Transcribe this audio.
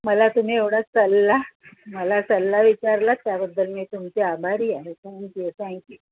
मला तुम्ही एवढा सल्ला मला सल्ला विचारला त्याबद्दल मी तुमची आभारी आहे थँक्यू थँक्यू